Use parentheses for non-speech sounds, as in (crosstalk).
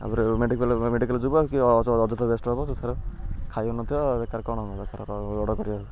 ଆମର medical medical ଯିବ କି ଅଯଥା ୱେଷ୍ଟ ହେବ (unintelligible) ବେକାର କ'ଣ ବରକାର ଅର୍ଡ଼ର୍ କରିବ